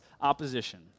opposition